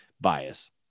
bias